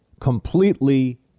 completely